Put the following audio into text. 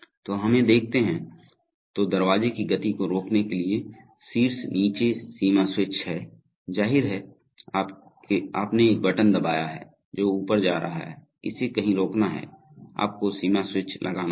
तो हमें देखते हैं तो दरवाजे की गति को रोकने के लिए शीर्ष नीचे सीमा स्विच हैं जाहिर है आपने एक बटन दबाया है जो ऊपर जा रहा है इसे कहीं रोकना है आपको सीमा स्विच लगाना होगा